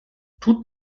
tut